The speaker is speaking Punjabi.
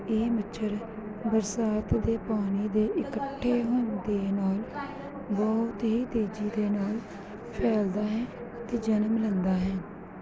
ਇਹ ਮੱਛਰ ਬਰਸਾਤ ਦੇ ਪਾਣੀ ਦੇ ਇਕੱਠੇ ਹੋਣ ਦੇ ਨਾਲ ਬਹੁਤ ਹੀ ਤੇਜ਼ੀ ਦੇ ਨਾਲ ਫੈਲਦਾ ਹੈ ਅਤੇ ਜਨਮ ਲੈਂਦਾ ਹੈ